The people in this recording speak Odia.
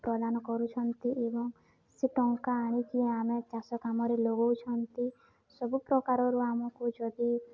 ପ୍ରଦାନ କରୁଛନ୍ତି ଏବଂ ସେ ଟଙ୍କା ଆଣିକି ଆମେ ଚାଷ କାମରେ ଲଗଉଛୁ ସବୁପ୍ରକାରରୁ ଆମକୁ ଯଦି